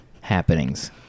happenings